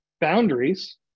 boundaries